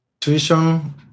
tuition